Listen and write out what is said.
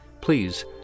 please